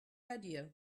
idea